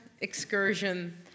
Excursion